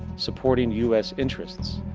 supporting u s. interests.